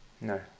No